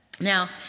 Now